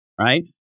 right